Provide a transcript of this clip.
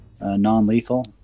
non-lethal